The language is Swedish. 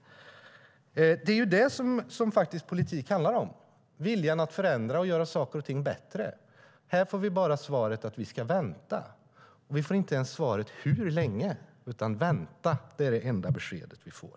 Politik handlar ju om viljan att förändra och göra saker och ting bättre. Här får vi bara svaret att vi ska vänta, och vi får inte ens svar på hur länge. Vänta är det enda beskedet vi får.